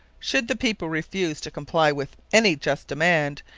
should the people refuse to comply with any just demand,